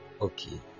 okay